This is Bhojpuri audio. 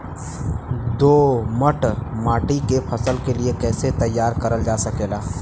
दोमट माटी के फसल के लिए कैसे तैयार करल जा सकेला?